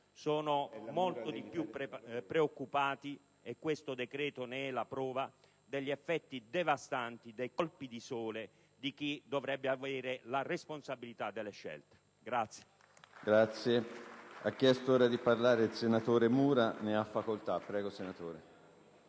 sono molto più preoccupati - questo decreto ne è la prova - degli effetti devastanti dei colpi di sole di chi dovrebbe avere la responsabilità delle scelte.